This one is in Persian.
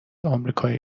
آمریکای